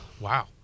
wow